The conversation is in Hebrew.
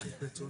הוצאות